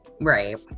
right